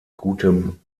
gutem